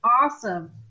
awesome